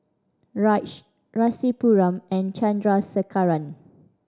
Raj Rasipuram and Chandrasekaran